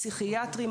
פסיכיאטרים,